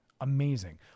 amazing